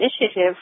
initiative